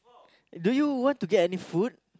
do you want to get any food